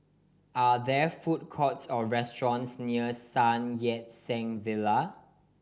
are there food courts or restaurants near Sun Yat Sen Villa